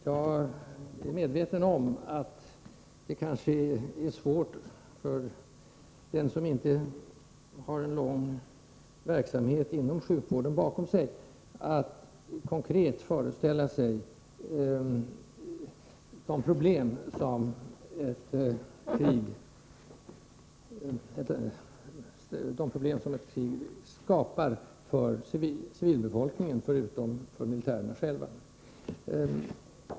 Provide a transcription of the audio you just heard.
Jag är medveten om att det kanske är svårt för den som inte har en lång verksamhet inom sjukvården bakom sig att konkret föreställa sig de problem som ett krig skapar för civilbefolkningen, förutom för militärerna själva.